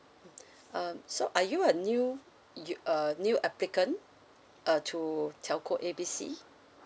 um so are you a new you uh new applicant uh to telco A B C